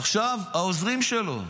עכשיו, העוזרים שלו,